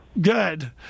Good